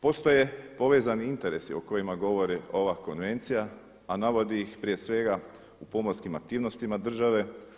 Postoje povezani interesi o kojima govori ova konvencija, a navodi ih prije svega u pomorskim aktivnostima države.